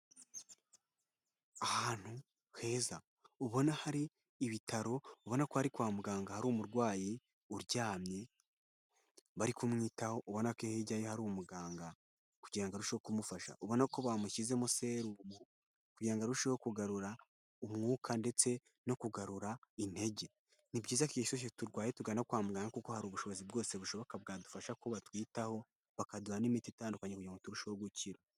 Ahantu heza ubona hari ibitaro, ubona ko ari kwa muganga hari umurwayi uryamye bari kumwitaho, ubona ko hirya ye hari umuganga kugira ngo arusheho kumufasha, ubona ko bamushyizemo serumu kugira ngo arusheho kugarura umwuka ndetse no kugarura intege, ni byiza ko igihe cyose turwaye tugana kwa muganga kuko hari ubushobozi bwose bushoboka bwadufasha ko batwitaho bakaduha n'imiti itandukanye kugira ngo turusheho gukira.